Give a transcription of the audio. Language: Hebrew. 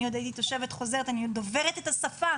אני עוד הייתי תושבת חוזרת שדוברת את השפה,